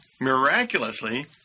miraculously